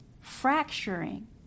fracturing